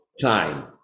time